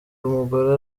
umugore